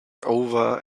over